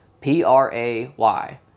P-R-A-Y